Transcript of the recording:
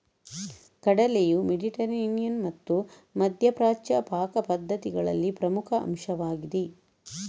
ಕಡಲೆಯು ಮೆಡಿಟರೇನಿಯನ್ ಮತ್ತು ಮಧ್ಯ ಪ್ರಾಚ್ಯ ಪಾಕ ಪದ್ಧತಿಗಳಲ್ಲಿ ಪ್ರಮುಖ ಅಂಶವಾಗಿದೆ